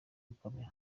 gukomera